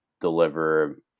deliver